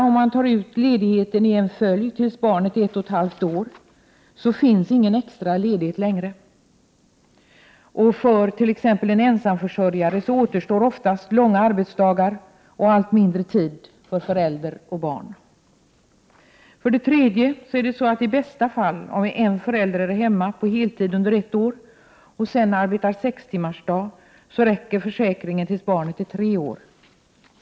Om man tar ut ledigheten i en följd tills barnet är ett och ett halvt år, så finns ingen extra ledighet därefter. För t.ex. en ensamförsörjare återstår oftast långa arbetsdagar och allt mindre tid för förälder och barn tillsammans. 3. I bästa fall, om en förälder är hemma på heltid under ett år och sedan arbetar sextimmarsdag, räcker försäkringen tills barnet är tre år.